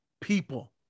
people